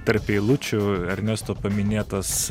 tarp eilučių ernesto paminėtas